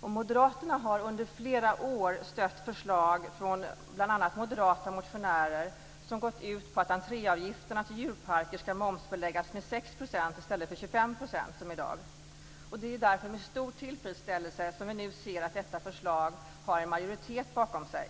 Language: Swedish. Moderaterna har under flera år stött förslag från bl.a. moderata motionärer som har gått ut på att entréavgifterna till djurparker ska momsbeläggas med 6 % i stället för 25 %, som i dag. Det är därför med stor tillfredsställelse som vi nu ser att detta förslag har en majoritet bakom sig.